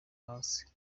hasi